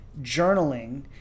journaling